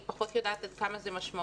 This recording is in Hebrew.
אני פחות יודעת עד כמה זה משמעותי.